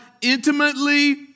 intimately